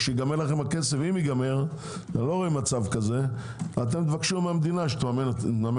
כשייגמר לכם הכסף אם ייגמר - לא רואה מצב כזה תבקשו מהמדינה שתממן.